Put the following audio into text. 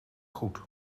goed